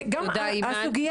אז יש גם הסוגיה.